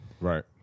Right